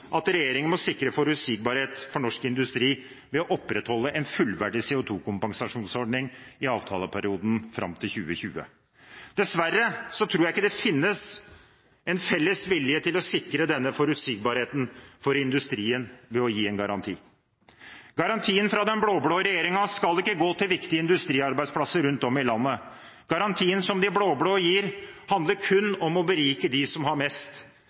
at regjeringen må sikre forutsigbarhet for norsk industri ved å opprettholde en fullverdig CO2-kompensasjonsordning i avtaleperioden fram til 2020. Dessverre tror jeg ikke det finnes en felles vilje til å sikre denne forutsigbarheten for industrien ved å gi en garanti. Garantien fra den blå-blå regjeringen skal ikke gå til viktige industriarbeidsplasser rundt om i landet. Garantien som de blå-blå gir, handler kun om å berike dem som har mest.